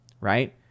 right